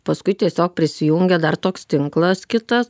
paskui tiesiog prisijungė dar toks tinklas kitas